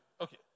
okay